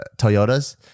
Toyotas